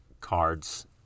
cards